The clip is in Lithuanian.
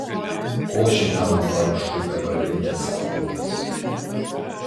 ko šitam vargšui dabar reikia saugotis